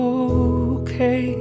okay